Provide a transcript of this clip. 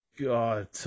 god